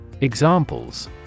Examples